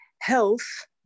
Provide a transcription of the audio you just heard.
health